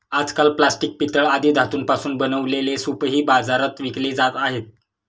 आजकाल प्लास्टिक, पितळ आदी धातूंपासून बनवलेले सूपही बाजारात विकले जात आहेत